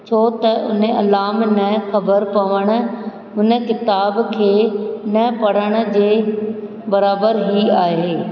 छो त उन अलाम में ख़बरु पवणु हुन किताब खे न पढ़ण जे बराबरु ई आहे